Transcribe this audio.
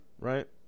Right